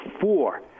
four